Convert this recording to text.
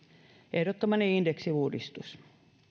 ehdottamani indeksiuudistus